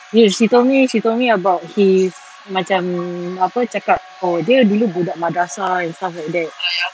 yes she told me she told me about his macam apa cakap oh dia dulu budak madrasah and stuff like that